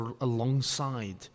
alongside